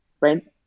right